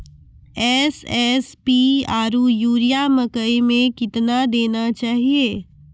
SSP आरु urea मकई मे कितना देना चाहिए?